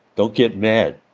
don't get mad.